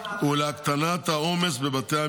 לא הבנתי,